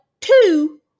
two